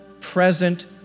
present